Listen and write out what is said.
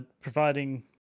providing